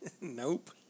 nope